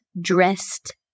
dressed